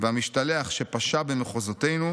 והמשתלח שפשה במחוזותינו,